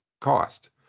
cost